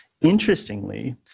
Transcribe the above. Interestingly